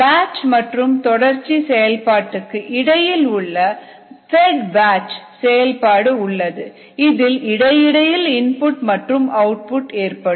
batch மற்றும் தொடர்ச்சி செயல்பாட்டுக்கு இடையில் உள்ள பெட் பேட்ச் செயல்பாடு உள்ளது இதில் இடை இடையில் இன்புட் மற்றும் அவுட்புட் ஏற்படும்